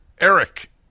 Eric